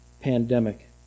pandemic